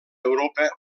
europa